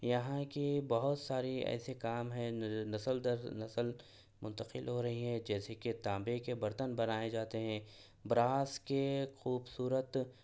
یہاں کے بہت ساری ایسے کام ہیں نسل در نسل منتقل ہو رہی ہے جیسے کہ تانبے کے برتن بنائے جاتے ہیں براس کے خوبصورت